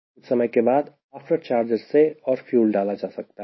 कुछ समय के बाद आफ्टर चार्जर से और फ्यूल डाला जा सकता है